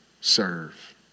serve